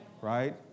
right